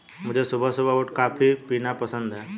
मुझे सुबह सुबह उठ कॉफ़ी पीना पसंद हैं